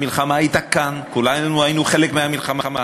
המלחמה הייתה כאן וכולנו היינו חלק מהמלחמה.